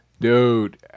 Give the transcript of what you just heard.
Dude